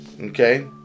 okay